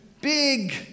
big